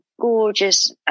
gorgeous